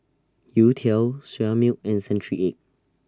Youtiao Soya Milk and Century Egg